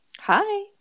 Hi